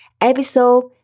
episode